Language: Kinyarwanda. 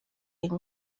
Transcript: inka